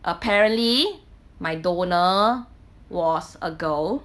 apparently my donor was a girl